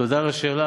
תודה על השאלה,